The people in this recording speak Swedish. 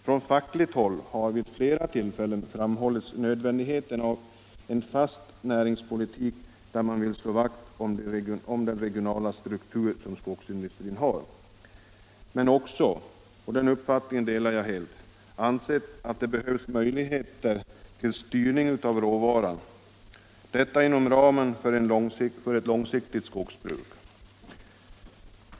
Från fackligt håll har vid flera tillfällen framhållits nödvändigheten av en fast näringspolitik, där man vill slå vakt om den regionala struktur som skogsindustrin har. Man har också — och den uppfattningen delar jag - ansett att det behövs möjligheter till styrning av råvaran, detta inom ramen för ett långsiktigt skogsbruk.